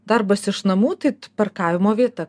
darbas iš namų tai parkavimo vieta